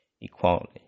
equality